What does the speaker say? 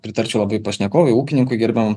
pritarčiau labai pašnekovui ūkininkui gerbiamam